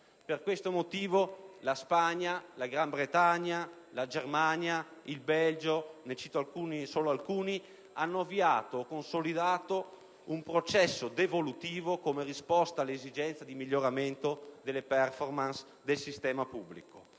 Per questo motivo la Spagna, la Gran Bretagna, la Germania, il Belgio - ne cito solo alcuni - hanno avviato o consolidato un processo devolutivo come risposta all'esigenza di miglioramento delle *performance* del sistema pubblico.